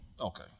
Okay